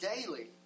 daily